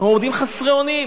הם עומדים חסרי אונים,